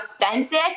authentic